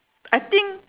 I think